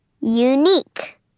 unique